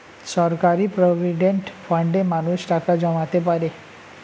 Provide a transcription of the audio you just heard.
সরকারি প্রভিডেন্ট ফান্ডে মানুষ টাকা জমাতে পারে